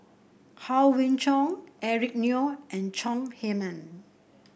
Howe Yoon Chong Eric Neo and Chong Heman